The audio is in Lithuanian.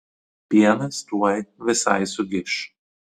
pienas tuoj visai sugiš